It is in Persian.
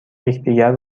یکدیگر